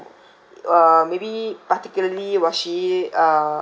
uh maybe particularly was she uh